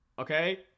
okay